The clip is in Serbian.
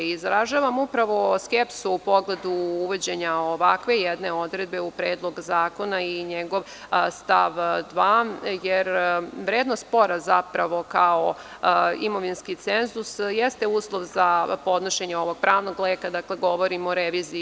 Izražavam upravo skepsu u pogledu uvođenja ovakve jedne odredbe u predlog zakona i njegov stav 2, jer vrednost spora, kao imovinski cenzus, jeste uslov za podnošenje ovog pravnog leka, dakle govorim o reviziji.